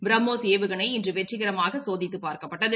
பிரமோஸ் ஏவுகணை இன்று வெற்றிகரமாக சோதித்து பார்க்கப்பட்டது